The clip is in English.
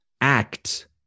act